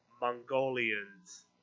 Mongolians